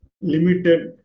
limited